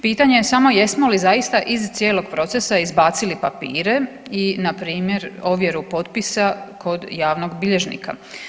Pitanje je samo jesmo li zaista iz cijelog procesa izbacili papire i npr. ovjeru potpisa kod javnog bilježnika?